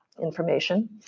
information